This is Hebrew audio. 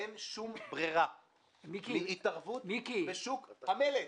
אין שום ברירה אלא התערבות של המדינה בשוק המלט,